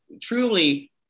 truly